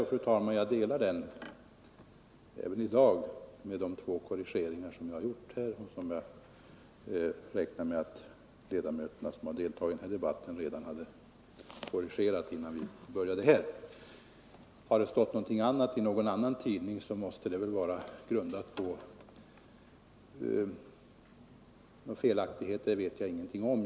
Jag har den uppfattningen, fru talman, även i dag —- med de två korrigeringar som jag har gjort här och som jag räknar med att ledamöterna som har deltagit i den här debatten redan hade noterat innan vi började. Har det stått någonting annat i någon annan tidning, så måste det väl vara grundat på någon felaktighet — det vet jag ingenting om.